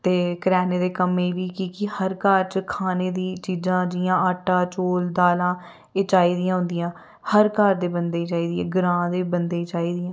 ते करेयाने दे कम्मै गी कि के हर घर च खाने दी चीजां जियां आटा चौल दालां एह् चाहिदियां होंदियां हर घर दे बंदे गी चाहिदी ऐ ग्रांऽ दे बंदे गी चाहिदियां